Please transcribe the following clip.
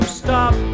stop